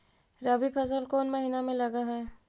रबी फसल कोन महिना में लग है?